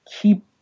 keep